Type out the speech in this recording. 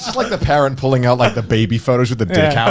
like the parent pulling out like the baby photos with the dick out.